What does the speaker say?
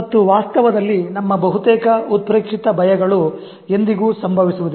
ಮತ್ತು ವಾಸ್ತವದಲ್ಲಿ ನಮ್ಮ ಬಹುತೇಕ ಉತ್ಪ್ರೇಕ್ಷಿತ ಭಯಗಳು ಎಂದಿಗೂ ಸಂಭವಿಸುವುದಿಲ್ಲ